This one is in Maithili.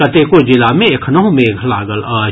कतेको जिला मे एखनहुँ मेघ लागल अछि